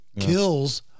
kills